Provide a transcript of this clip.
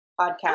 podcast